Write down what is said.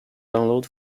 download